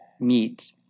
meat